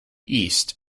east